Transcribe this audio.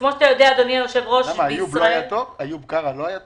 כמו שאתה יודע אדוני היושב-ראש --- איוב קרא לא היה טוב?